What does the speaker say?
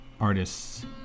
artists